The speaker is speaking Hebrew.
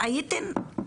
בהחלטה.